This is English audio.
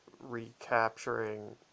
recapturing